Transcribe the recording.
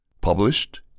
Published